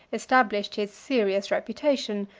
established his serious reputation,